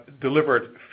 delivered